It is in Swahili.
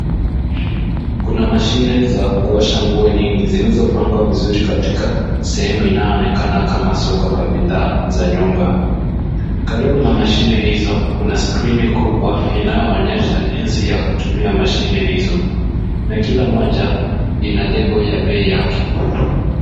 Kuna mashine za kuosha nguo nyingi zilizopangwa vizuri katika sehemu inayoonekana kama soko la bidhaa za nyumba. Karibu na mashine hizo, kuna skrini kubwa inayoonyesha jinsi ya kutumia mashine hizo na kila moja ina lebo ya bei yake.